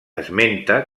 esmenta